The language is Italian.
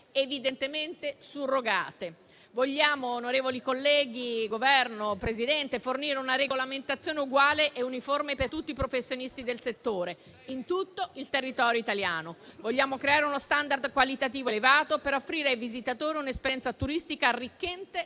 evidentemente surrogate. Vogliamo, onorevoli colleghi, Governo, Presidente fornire una regolamentazione uguale e uniforme per tutti i professionisti del settore, in tutto il territorio italiano. Vogliamo creare uno *standard* qualitativo elevato per offrire ai visitatori un'esperienza turistica arricchente